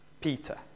Peter